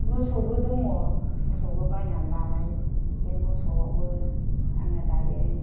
मोसौबो दङ मोसौबो बायनानै लानाय बे मोसौआबो आङो दायो